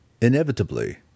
Inevitably